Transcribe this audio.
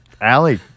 Allie